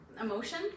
emotion